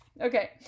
Okay